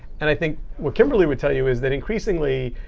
and i think what kimberly would tell you is that, increasingly,